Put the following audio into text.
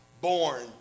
born